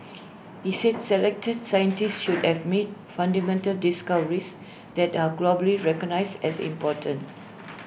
he said selected scientists should have made fundamental discoveries that are globally recognised as important